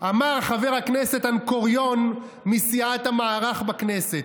אמר חבר הכנסת אנקוריון מסיעת המערך בכנסת.